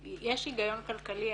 יש היגיון כלכלי,